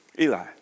Eli